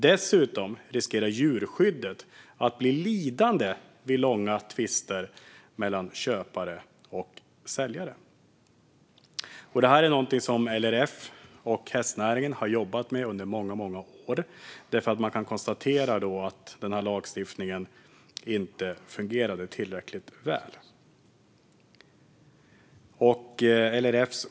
Dessutom riskerar djurskyddet att bli lidande vid långa tvister mellan köpare och säljare. Detta är något som LRF och hästnäringen har jobbat med under många år. Man har nämligen konstaterat att lagstiftningen inte fungerat tillräckligt väl.